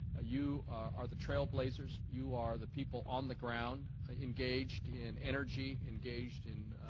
you are the trailblazers. you are the people on the ground ah engaged in energy, engaged in